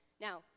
Now